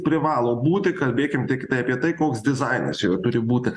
privalo būti kalbėkim tiktai apie tai koks dizainas jo turi būti